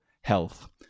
health